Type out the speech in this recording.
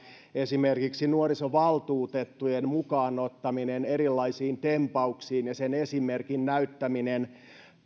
esimerkiksi nuorisovaltuutettujen mukaan ottaminen erilaisiin tempauksiin ja sen esimerkin näyttäminen